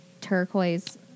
turquoise